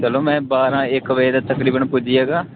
चलो मैं बारां इक बजे तकरीबन पुज्जी जाह्गा